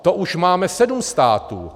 To už máme sedm států.